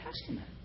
Testament